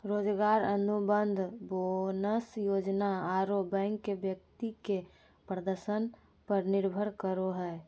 रोजगार अनुबंध, बोनस योजना आरो बैंक के व्यक्ति के प्रदर्शन पर निर्भर करो हइ